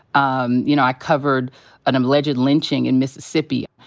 um you know, i covered an alleged lynching in mississippi.